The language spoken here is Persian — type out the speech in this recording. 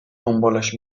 دنبالش